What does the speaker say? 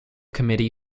committee